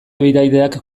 bidaideak